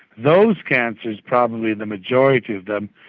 those cancers, probably the majority of them,